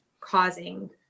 causing